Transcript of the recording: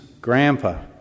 grandpa